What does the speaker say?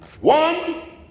One